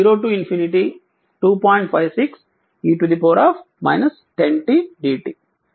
56 e 10 t dt